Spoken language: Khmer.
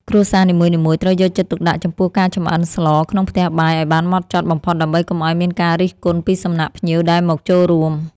គ្រួសារនីមួយៗត្រូវយកចិត្តទុកដាក់ចំពោះការចម្អិនស្លក្នុងផ្ទះបាយឱ្យបានហ្មត់ចត់បំផុតដើម្បីកុំឱ្យមានការរិះគន់ពីសំណាក់ភ្ញៀវដែលមកចូលរួម។